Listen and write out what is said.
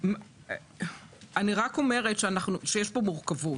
אני רק אומרת שיש פה מורכבות,